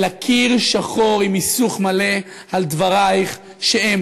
אלא קיר שחור עם מיסוך מלא על דברייך, שהם